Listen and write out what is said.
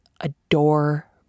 adore